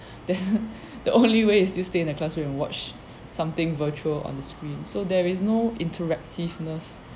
the the only way is you stay in the classroom and watch something virtual on the screen so there is no interactiveness